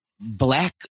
Black